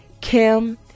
kim